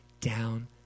down